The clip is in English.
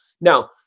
now